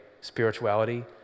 spirituality